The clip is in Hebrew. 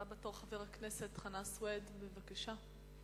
הבא בתור, חבר הכנסת חנא סוייד, בבקשה.